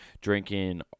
drinking